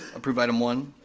approve item one.